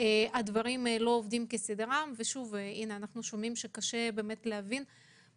שהדברים לא עובדים כסדרם ואנחנו שומעים שקשה להבין את הטפסים.